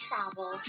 Travel